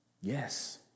Yes